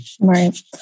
Right